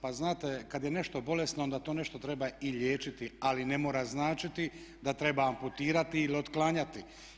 Pa znate, kad je nešto bolesno onda to nešto treba i liječiti, ali ne mora značiti da treba amputirati ili otklanjati.